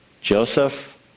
Joseph